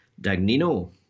Dagnino